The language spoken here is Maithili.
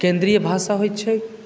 केन्द्रीय भाषा होइत छै